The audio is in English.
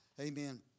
Amen